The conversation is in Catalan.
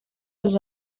els